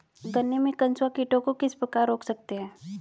गन्ने में कंसुआ कीटों को किस प्रकार रोक सकते हैं?